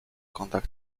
conduct